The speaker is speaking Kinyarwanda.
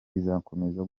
bizakomeza